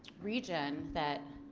region that.